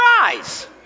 eyes